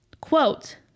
quote